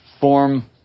form